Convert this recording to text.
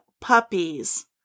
puppies